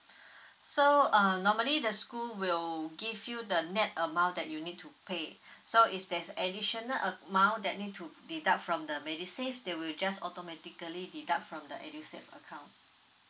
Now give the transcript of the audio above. so uh normally the school will give you the net amount that you need to pay so if there's additional amount that need to deduct from the medisave they will just automatically deduct from the edusave account